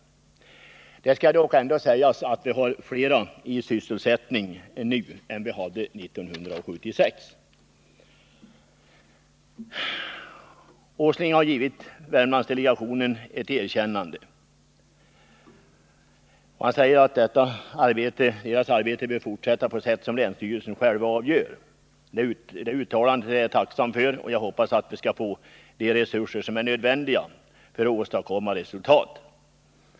Det skall dock sägas att vi har fler i sysselsättning nu än vi hade 1976. Nils Åsling har givit Värmlandsdelegationen ett erkännande. Han säger att delegationens arbete bör fortsätta på sätt som länsstyrelsen själv avgör. Det uttalandet är jag tacksam för, och jag hoppas att vi skall få de resurser som är nödvändiga för att åstadkomma resultat.